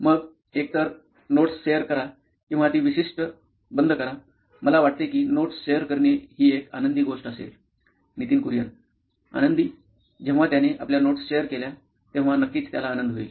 मग एकतर notes share करा किंवा ती विशिष्ट बंद करा मला वाटते की नोट्स शेअर करणे ही एक आनंदी गोष्ट असेल Nitin Kurian COO nine electronics आनंदी जेव्हा त्याने आपल्या नोट्स शेअर केल्या तेव्हा नक्कीच त्याला आनंद होईल